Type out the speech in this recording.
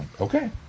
Okay